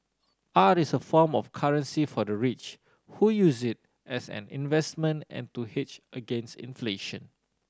art is a form of currency for the rich who use it as an investment and to hedge against inflation